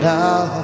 now